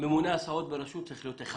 שממונה הסעות ברשות צריך להיות אחד.